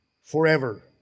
forever